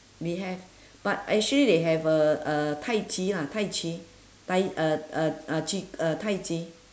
they have but actually they have uh uh tai chi ah tai chi tai uh uh uh chi uh tai chi